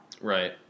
right